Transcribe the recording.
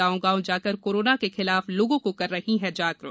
गांव गांव जाकर कोरोना के खिलाफ लोगों को कर रही जागरुक